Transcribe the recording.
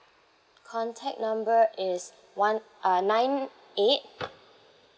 contact number is one uh nine eight